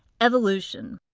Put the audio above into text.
evolution.